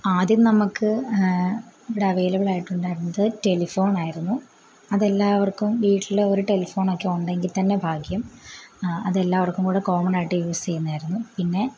ആദ്യം നമുക്ക് ഇവിടെ അവൈലബിളായിട്ടുണ്ടായിരുന്നത് ടെലിഫോണായിരുന്നു അതെല്ലാവർക്കും വീട്ടിലൊരു ടെലെഫോണൊക്കെ ഉണ്ടെങ്കിൽ തന്നെ ഭാഗ്യം അതെല്ലാവർക്കും കൂടെ കോമണായിട്ട് യൂസ് ചെയ്യുന്നതായിരുന്നു പിന്നെ